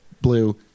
blue